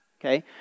okay